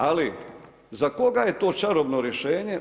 Ali, za koga je to čarobno rješenje?